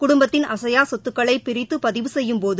குடும்பத்தின் அசையா சொத்துக்களை பிரித்து பதிவு செய்யும்போது